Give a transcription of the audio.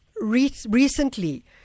recently